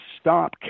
stop